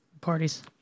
Parties